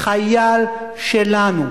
חייל שלנו,